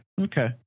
Okay